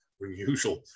unusual